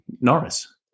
Norris